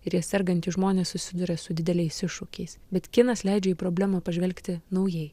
ir ja sergantys žmonės susiduria su dideliais iššūkiais bet kinas leidžia į problemą pažvelgti naujai